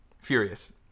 Furious